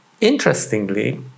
Interestingly